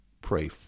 pray